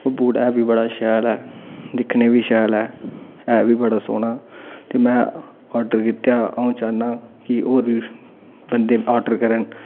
boot ऐ बी बड़ा शैल ऐ दिक्खने बी शैल ऐ है बी बड़ा सोह्ना के मैं आर्डर कीता कि अऊं चाह्न्नां कि होर बन्दे आर्डर करन